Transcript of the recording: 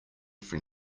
from